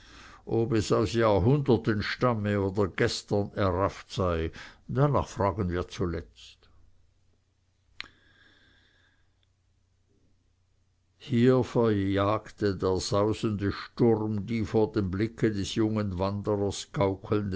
ob es aus jahrhunderten stamme oder gestern errafft sei darnach fragen wir zuletzt hier verjagte der sausende sturm die vor dem blicke des jungen wanderers